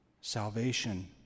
salvation